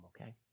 okay